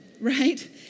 right